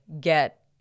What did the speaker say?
get